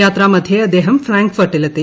യാത്രാമദ്ധ്യേ അദ്ദേഹം ഫ്രാങ്ക്ഫർട്ടിലെത്തി